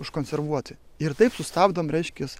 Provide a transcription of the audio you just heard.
užkonservuoti ir taip sustabdome reiškiasi